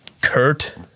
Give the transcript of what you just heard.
Kurt